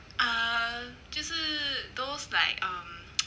uh 就是 those like um